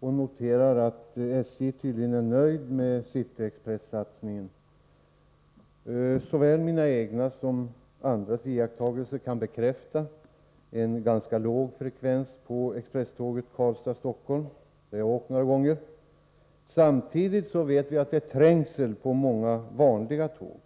och noterar att man på SJ tydligen är nöjd med City-Expressatsningen. Såväl mina egna som andras iakttagelser bekräftar en ganska låg resandefrekvens på expresstågen Karlstad-Stockholm, som jag har åkt med några gånger. Samtidigt vet att det är trängsel på många vanliga tåg.